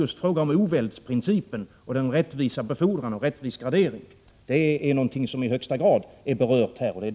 Oväldsprincipen och frågan om en rättvis befordran och en rättvis gradering är alltså någonting som här är i högsta grad berört.